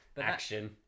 action